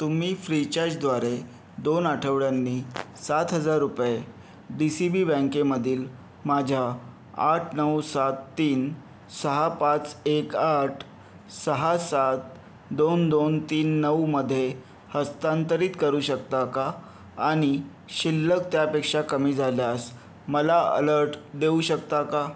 तुम्ही फ्री चार्जद्वारे दोन आठवड्यांनी सात हजार रुपये डी सी बी बँकेमधील माझ्या आठ नऊ सात तीन सहा पाच एक आठ सहा सात दोन दोन तीन नऊमध्ये हस्तांतरित करू शकता का आणि शिल्लक त्यापेक्षा कमी झाल्यास मला अलर्ट देऊ शकता का